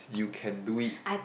you can do it